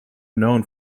known